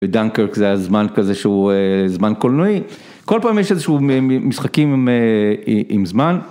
בדנקירק זה הזמן כזה שהוא זמן קולנועי, כל פעם יש איזה שהוא משחקים עם זמן.